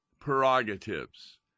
prerogatives